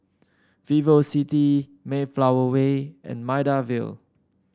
VivoCity Mayflower Way and Maida Vale